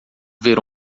ver